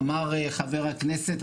אמר חבר הכנסת,